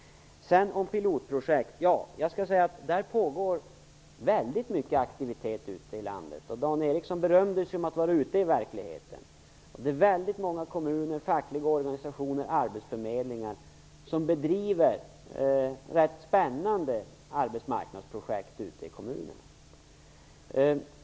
Vad gäller pilotprojekt vill jag säga att det pågår väldigt mycket av aktivitet ute i landet. Dan Ericsson berömde sig ju av att vara ute i verkligheten. Många kommuner, fackliga organisationer och arbetsförmedlingar bedriver rätt spännande arbetsmarknadsprojekt ute i kommunerna.